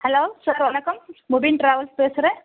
hello sir வணக்கம் Mubeen travels பேசுகிறேன்